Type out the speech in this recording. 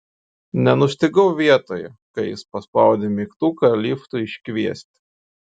nenustygau vietoje kai jis paspaudė mygtuką liftui iškviesti